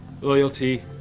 loyalty